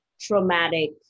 traumatic